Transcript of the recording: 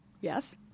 Yes